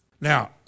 Now